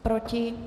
Proti?